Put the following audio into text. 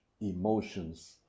emotions